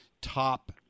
top